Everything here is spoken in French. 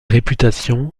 réputation